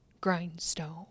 grindstone